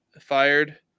fired